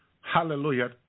Hallelujah